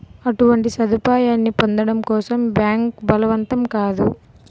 అటువంటి సదుపాయాన్ని పొందడం కోసం బ్యాంక్ బలవంతం కాదు